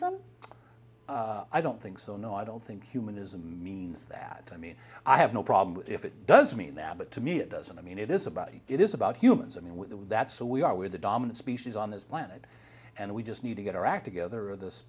centrism i don't think so no i don't think humanism means that i mean i have no problem with if it does mean that but to me it doesn't i mean it is about it it is about humans i mean with that so we are with the dominant species on this planet and we just need to get our act together of th